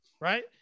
right